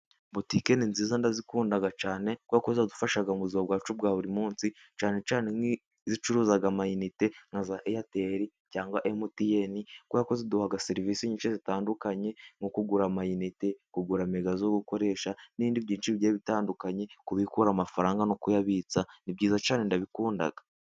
Butike ni nziza ndazikunda cyane kuko zadufasha mu buzima bwacu bwa buri munsi, cyane cye zicuruza amayinite nka za Eyateri cyangwa Emutiyeni, kuko ziduha serivisi nyinshi zitandukanye mu kugura amayinite, kugura mega zo gukoresha, n'ibindi byiciro bitandukanye, kubikura amafaranga no kuyabitsa, ni byiza cyane ndabikunda.